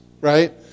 right